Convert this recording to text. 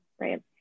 right